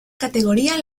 categoría